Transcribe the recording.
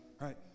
right